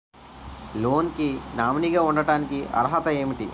Loan కి nominee గా ఉండటానికి అర్హత ఏమిటి?